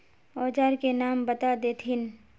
औजार के नाम बता देथिन?